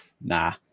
Nah